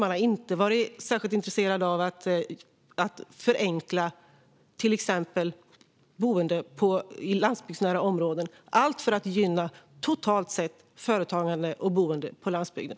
Ni har inte varit särskilt intresserade av att förenkla till exempel boende i landsbygdsnära områden. Allt detta handlar ju om att totalt sett gynna företagande och boende på landsbygden.